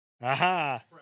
Aha